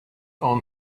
own